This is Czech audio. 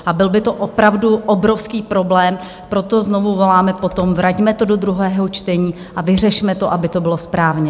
A byl by to opravdu obrovský problém, proto znovu voláme po tom, vraťme to do druhého čtení a vyřešme to, aby to bylo správně.